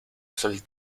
sol